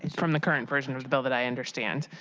from the current version of the bill that i understand.